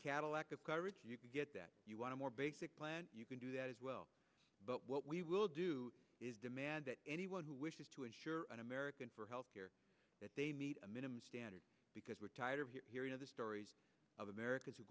cadillac of coverage you can get that you want a more basic plan you can do that as well but what we will do is demand that anyone who wishes to insure an american for health care that they meet a minimum standard because we're tired of hearing the stories of americans w